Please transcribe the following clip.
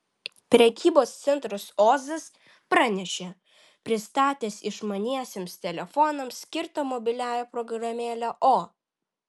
prekybos centras ozas pranešė pristatęs išmaniesiems telefonams skirtą mobiliąją programėlę o